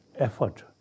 effort